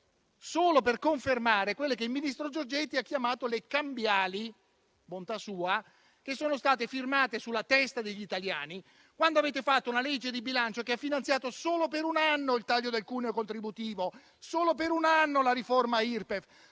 solo per confermare quello che il ministro Giorgetti ha chiamato le cambiali - bontà sua - che sono state firmate sulla testa degli italiani quando avete fatto una legge di bilancio che ha finanziato solo per un anno il taglio del cuneo contributivo, solo per un anno la riforma Irpef,